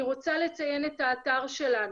אני רוצה לציין את האתר שלנו.